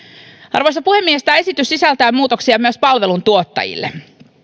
arvoisa puhemies tämä esitys sisältää muutoksia myös palveluntuottajille